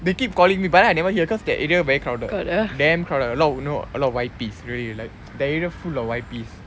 they keep calling me but then I never hear cause that area very crowded damn crowded a lot of you know a lot of Y_Ps really like that area full of Y_Ps